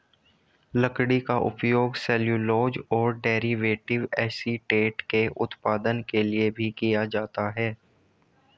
लकड़ी का उपयोग सेल्यूलोज और डेरिवेटिव एसीटेट के उत्पादन के लिए भी किया जाता है